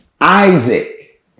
Isaac